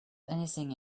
anything